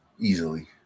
easily